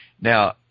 Now